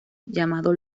llamado